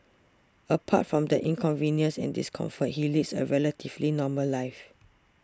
apart from the inconvenience and discomfort he leads a relatively normal life